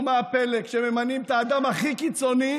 נו, מה הפלא, כשממנים את האדם הכי קיצוני,